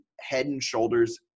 head-and-shoulders